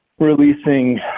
releasing